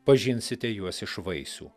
pažinsite juos iš vaisių